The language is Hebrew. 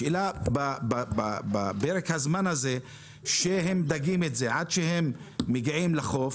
השאלה בפרק הזמן הזה שהם דגים עד שהם מגיעים לחוף,